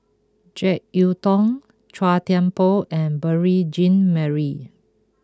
Jek Yeun Thong Chua Thian Poh and Beurel Jean Marie